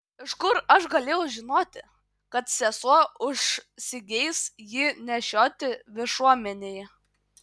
iš kur aš galėjau žinoti kad sesuo užsigeis jį nešioti viešuomenėje